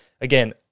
Again